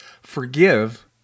forgive